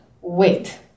Wait